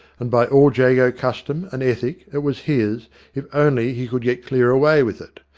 and by all jago custom and ethic it was his if only he could get clear away with it.